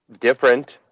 different